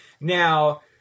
Now